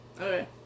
Okay